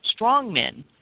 strongmen